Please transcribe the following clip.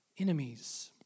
enemies